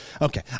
Okay